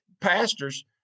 pastors